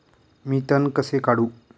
मी तण कसे काढू?